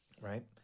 Right